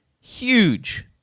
huge